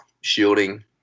shielding